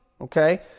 Okay